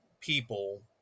people